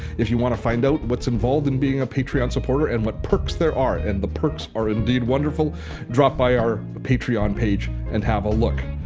if you want to find out what's involved in being a patreon supporter and what perks there are and the perks are indeed wonderful drop by our patreon page and have a look.